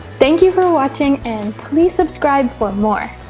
thank you for watching and please subscribe for more